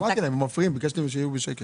מעוגל לסכום הקרוב שהוא מכפלה של אלף שקלים